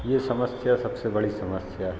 यह समस्या सबसे बड़ी समस्या है